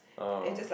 uh